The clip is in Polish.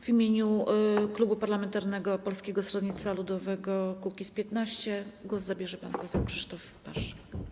W imieniu klubu parlamentarnego Polskiego Stronnictwa Ludowego - Kukiz15 głos zabierze pan poseł Krzysztof Paszyk.